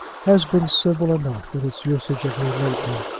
has been civil enough in its usage of me lately.